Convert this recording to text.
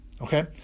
Okay